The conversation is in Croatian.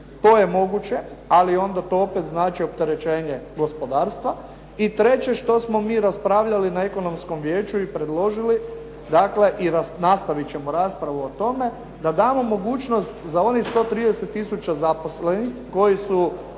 to je moguće ali onda to opet znači opterećenje gospodarstva. I treće što smo mi raspravljali na Ekonomskom vijeću i predložili dakle i nastavit ćemo raspravu o tome da damo mogućnost za onih 130 tisuća zaposlenih koji su